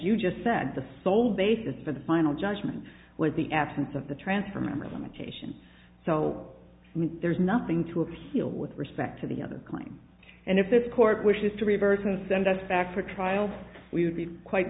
you just said the sole basis for the final judgment was the absence of the transfer member's imitation so there's nothing to appeal with respect to the other claim and if the court wishes to reverse and send us back for trial we would be quite